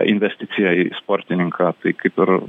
investicija į sportininką tai kaip ir